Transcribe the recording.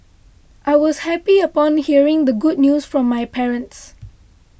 I was happy upon hearing the good news from my parents